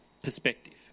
perspective